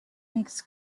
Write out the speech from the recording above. makes